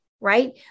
right